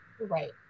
Right